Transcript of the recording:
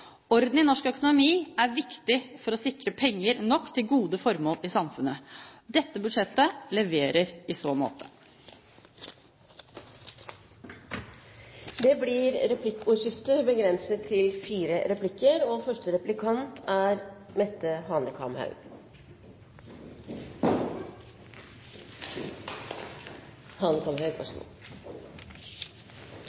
Orden i norsk økonomi er viktig for å sikre penger nok til gode formål i samfunnet. Dette budsjettet leverer i så måte. Det blir replikkordskifte. Representanten Marianne Aasen fremhevet i sitt innlegg viktigheten av målrettede tiltak og fokuserte på grunnleggende ferdigheter i skolen. Representanten viste også til